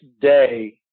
day